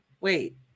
wait